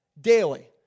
Daily